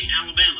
Alabama